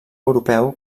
europeu